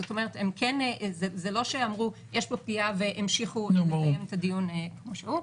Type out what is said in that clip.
זאת אומרת זה לא שאמרו יש פה פגיעה והמשיכו לקיים את הדיון כמו שהוא.